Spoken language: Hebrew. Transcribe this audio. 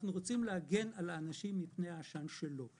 אנחנו רוצים להגן על האנשים מפני העשן שלו.